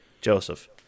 Joseph